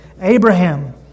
Abraham